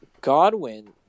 Godwin